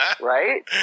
Right